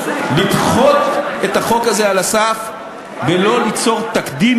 לדחות את החוק הזה על הסף ולא ליצור תקדים